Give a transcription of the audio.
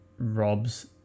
robs